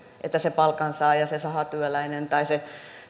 että se palkansaaja se sahatyöläinen tai se